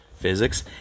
physics